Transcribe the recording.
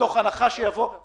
מתוך הנחה שיבוא גל שני.